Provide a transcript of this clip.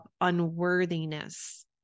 unworthiness